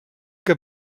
que